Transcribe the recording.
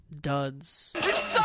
duds